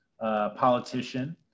politician